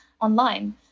online